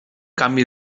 canvi